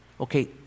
Okay